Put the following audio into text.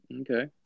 Okay